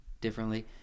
differently